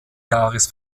jahres